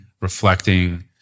reflecting